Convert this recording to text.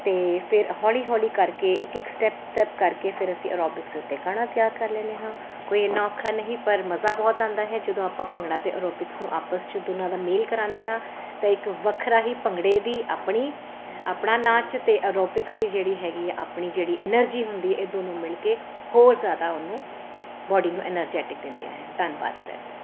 ਅਤੇ ਫਿਰ ਹੌਲੀ ਹੌਲੀ ਕਰਕੇ ਇੱਕ ਇੱਕ ਸਟੈਪ ਸਟੈਪ ਕਰਕੇ ਫਿਰ ਅਸੀਂ ਐਰੋਬਿਕਸ 'ਤੇ ਗਾਣਾ ਤਿਆਰ ਕਰ ਲੈਂਦੇ ਹਾਂ ਕੋਈ ਇੰਨਾਂ ਔਖਾ ਨਹੀਂ ਪਰ ਮਜ਼ਾ ਬਹੁਤ ਆਉਂਦਾ ਹੈ ਜਦੋਂ ਆਪਾਂ ਭੰਗੜਾ ਅਤੇ ਐਰੋਬਿਕਸ ਨੂੰ ਆਪਸ 'ਚ ਦੋਨਾਂ ਦਾ ਮੇਲ ਕਰਾਉਂਦੇ ਹਾਂ ਤਾਂ ਇੱਕ ਵੱਖਰਾ ਹੀ ਭੰਗੜੇ ਦੀ ਆਪਣੀ ਆਪਣਾ ਨਾਚ ਅਤੇ ਐਰੋਬਿਕਸ ਦੀ ਜਿਹੜੀ ਹੈਗੀ ਆਪਣੀ ਜਿਹੜੀ ਐਨਰਜੀ ਹੁੰਦੀ ਹੈ ਇਹ ਦੋਨੋਂ ਮਿਲ ਕੇ ਹੋਰ ਜ਼ਿਆਦਾ ਉਹਨਾਂ ਬੋਡੀ ਨੂੰ ਐਨਰਜੈਟਿਕ ਦਿੰਦੇ ਹਨ ਧੰਨਵਾਦ ਸਹਿਤ